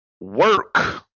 work